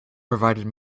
provided